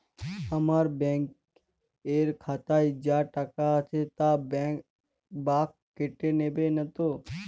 আমার ব্যাঙ্ক এর খাতায় যা টাকা আছে তা বাংক কেটে নেবে নাতো?